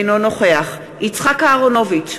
אינו נוכח יצחק אהרונוביץ,